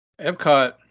Epcot